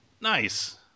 Nice